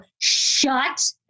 shut